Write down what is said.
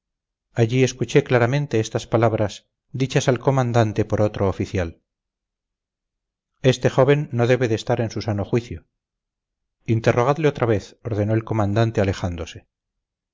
allí escuché claramente estas palabras dichas al comandante por otro oficial este joven no debe de estar en su sano juicio interrogadle otra vez ordenó el comandante alejándose